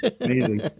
amazing